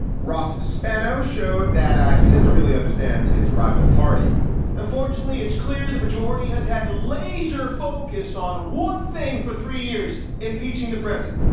ross spano showed that ah he doesn't really understand his rival party and fortunately, it's clear the majority has had laser focus on one thing for three years, impeaching the president.